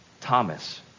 Thomas